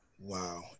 Wow